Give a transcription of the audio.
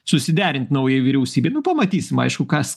susiderint naujai vyriausybei nu pamatysim aišku kas